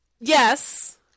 Yes